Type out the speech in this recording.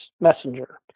messenger